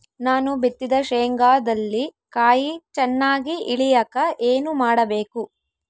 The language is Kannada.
ನಾನು ಬಿತ್ತಿದ ಶೇಂಗಾದಲ್ಲಿ ಕಾಯಿ ಚನ್ನಾಗಿ ಇಳಿಯಕ ಏನು ಮಾಡಬೇಕು?